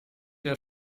der